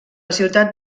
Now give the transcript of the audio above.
ciutat